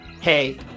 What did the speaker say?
Hey